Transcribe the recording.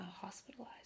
hospitalized